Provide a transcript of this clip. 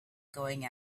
going